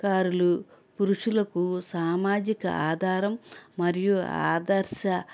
కారులు పురుషులకు సామాజిక ఆధారం మరియు ఆదర్శ